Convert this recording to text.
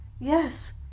Yes